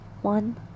One